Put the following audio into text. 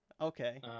Okay